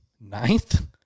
ninth